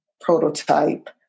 prototype